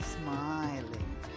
Smiling